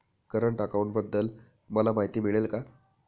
Current अकाउंटबद्दल मला माहिती मिळेल का?